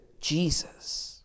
Jesus